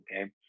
Okay